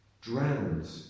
drowned